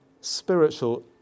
spiritual